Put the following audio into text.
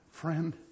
Friend